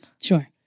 Sure